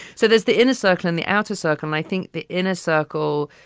so there's the inner circle and the outer circle. i think the inner circle,